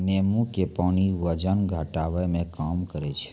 नेंबू के पानी वजन घटाबै मे काम आबै छै